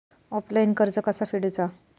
Offline कर्ज कसा फेडूचा?